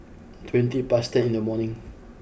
twenty past ten in the morning